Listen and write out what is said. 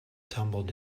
tumbled